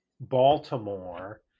Baltimore